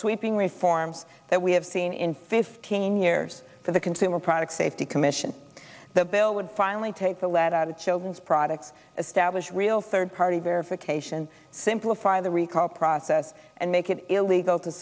sweeping reforms that we have seen in fifteen years for the consumer product safety commission the bill would finally take the lead out of children's products as stablish real third party verification simplify the recall process and make it illegal to